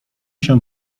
się